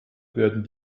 werden